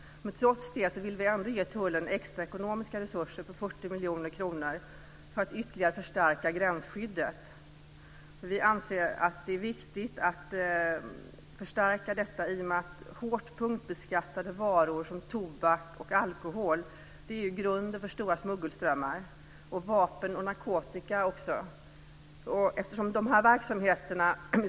Trots det vill vi ändå ge Tullverket extra ekonomiska resurser på 40 miljoner kronor för att ytterligare förstärka gränsskyddet. Det är viktigt med tanke på att hårt beskattade varor såsom tobak och alkohol utgör grunden för stora smuggelströmmar. Det gäller också vapen och narkotika.